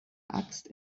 axt